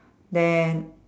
then